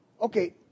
Okay